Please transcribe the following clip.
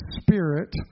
Spirit